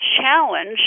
challenge